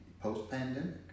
post-pandemic